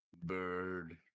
Bird